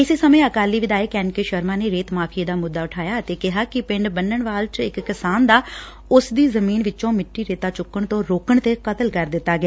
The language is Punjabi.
ਇਸੇ ਸਮੇਂ ਅਕਾਲੀ ਵਿਧਾਇਕ ਐਨ ਕੇ ਸ਼ਰਮਾ ਨੇ ਰੇਤ ਮਾਫੀਏ ਦਾ ਮੁੱਦਾ ਉਠਾਇਆ ਅਤੇ ਕੈਹਾ ਕਿ ਪਿੰਡ ਬੰਨਣ ਵਾਲ ਚ ਇਕ ਕਿਸਾਨ ਦਾ ਉਸਦੀ ਜ਼ਮੀਨ ਵਿਚੋਂ ਮਿੱਟੀ ਰੇਤਾ ਚੁੱਕਣ ਤੋਂ ਰੋਕਣ ਤੇ ਕਤਲ ਕਰ ਦਿੱਤਾ ਗਿਆ